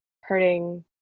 hurting